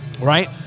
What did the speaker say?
Right